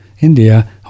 India